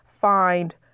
find